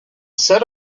set